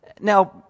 Now